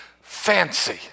fancy